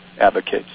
advocates